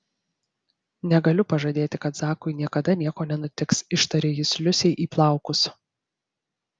negaliu pažadėti kad zakui niekada nieko nenutiks ištarė jis liusei į plaukus